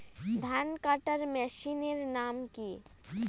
ধান কাটার মেশিনের নাম কি?